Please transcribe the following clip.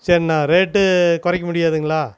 சரிண்ணா ரேட்டு குறைக்க முடியாதுங்களா